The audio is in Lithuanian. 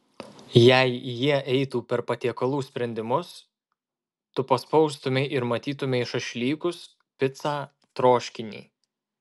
jei jie eitų per patiekalų sprendimus tu paspaustumei ir matytumei šašlykus picą troškinį